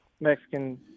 Mexican